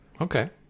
Okay